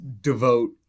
devote